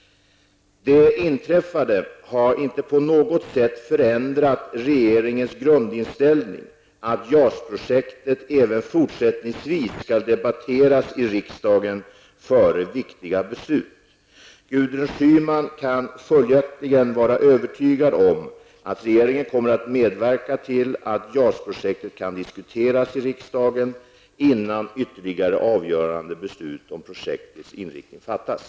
Det inträffade har inte på något sätt förändrat regeringens grundinställning, att JAS-projektet även fortsättningsvis skall debatteras i riksdagen före viktiga beslut. Gudrun Schyman kan följaktligen vara övertygad om att regeringen kommer att medverka till att JAS-projektet kan diskuteras i riksdagen, innan ytterligare avgörande beslut om projektets inriktning fattas.